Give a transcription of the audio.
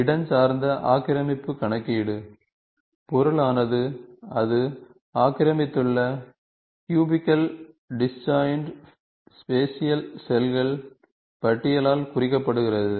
இடஞ்சார்ந்த ஆக்கிரமிப்பு கணக்கீடு பொருளானது அது ஆக்கிரமித்துள்ள க்யூபிகல் டிஸ்ஜாயின்ட் ஸ்பேஷியல் செல்கள் பட்டியலால் குறிக்கப்படுகிறது